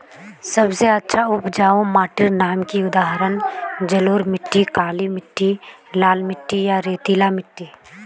सबसे अच्छा उपजाऊ माटिर नाम की उदाहरण जलोढ़ मिट्टी, काली मिटटी, लाल मिटटी या रेतीला मिट्टी?